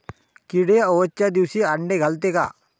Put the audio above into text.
किडे अवसच्या दिवशी आंडे घालते का?